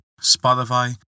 Spotify